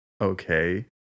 Okay